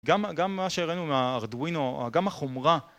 גם מה שראינו מהארדואינו, גם החומרה